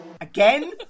Again